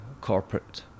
corporate